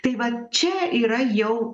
tai vat čia yra jau